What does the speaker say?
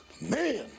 Man